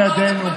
בידינו.